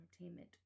entertainment